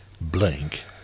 Blank